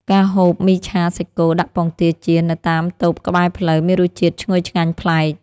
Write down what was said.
ការហូបមីឆាសាច់គោដាក់ពងទាចៀននៅតាមតូបក្បែរផ្លូវ មានរសជាតិឈ្ងុយឆ្ងាញ់ប្លែក។